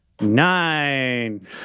Nine